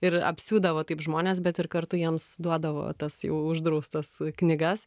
ir apsiūdavo taip žmones bet ir kartu jiems duodavo tas jau uždraustas knygas